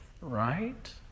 right